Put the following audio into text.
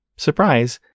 Surprise